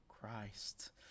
Christ